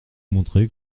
montrer